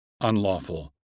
unlawful